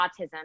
autism